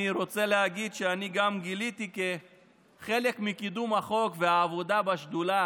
אני רוצה להגיד שכחלק מקידום החוק והעבודה בשדולה